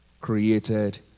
created